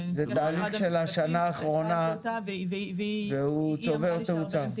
זה תהליך של השנה האחרונה והוא צובר תאוצה.